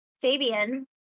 Fabian